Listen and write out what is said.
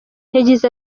yagize